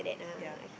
yea